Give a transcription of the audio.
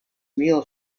meal